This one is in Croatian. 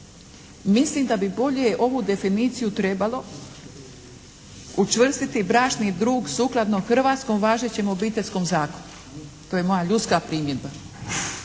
Mislim da bi bolje ovu definiciju trebalo učvrstiti bračni drug sukladno hrvatskom važećem Obiteljskom zakonu, to je moja ljudska primjedba.